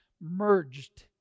merged